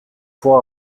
pour